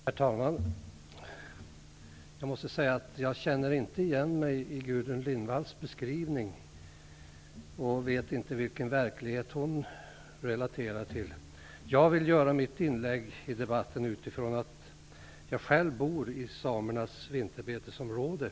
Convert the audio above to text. Herr talman! Jag måste säga att jag inte känner igen mig i Gudrun Lindvalls beskrivning. Jag vet inte vilken verklighet hon relaterar till. Jag vill göra mitt inlägg i debatten utifrån det faktum att jag själv bor i samernas vinterbetesområde.